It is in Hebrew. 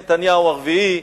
נתניהו הרביעי,